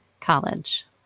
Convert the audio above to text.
college